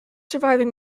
surviving